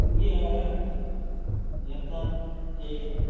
یہ آیا لگتا کہ